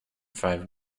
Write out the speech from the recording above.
five